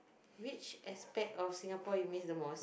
which aspect of Singapore do you miss the most